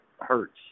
hurts